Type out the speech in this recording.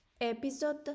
Episode